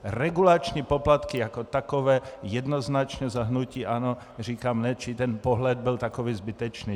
Regulační poplatky jako takové jednoznačně za hnutí ANO říkám ne, čili ten pohled byl takový zbytečný.